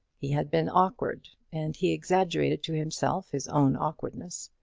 he had been awkward, and he exaggerated to himself his own awkwardness.